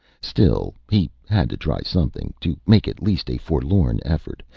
still, he had to try something to make at least a forlorn effort.